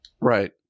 Right